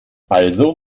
also